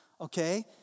Okay